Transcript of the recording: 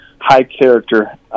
high-character